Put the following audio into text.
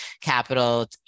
capital